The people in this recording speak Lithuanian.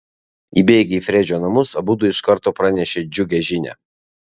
įbėgę į fredžio namus abudu iš karto pranešė džiugią žinią